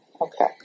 Okay